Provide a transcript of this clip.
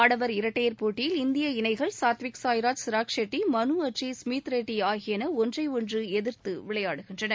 ஆடவர் இரட்டையர் போட்டியில் இந்திய இணைகள் சத்விக் சாய்ராஜ் சிராக் ஷெட்டி மனு அட்ரி ஸ்மீத் ரெட்டி ஆகியன ஒன்றை ஒன்று எதிர்த்து விளையாடுகின்றன